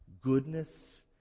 goodness